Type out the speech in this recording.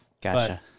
Gotcha